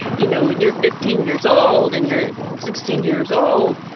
you know, when you're fifteen years old and you're sixteen years old,